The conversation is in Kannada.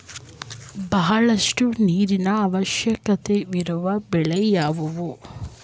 ಬಹಳಷ್ಟು ನೀರಿನ ಅವಶ್ಯಕವಿರುವ ಬೆಳೆ ಯಾವುವು?